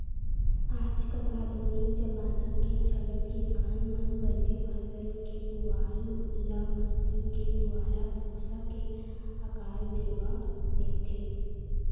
आज कल आधुनिक जबाना के चलत किसान मन बने फसल के पुवाल ल मसीन के दुवारा भूसा के आकार देवा देथे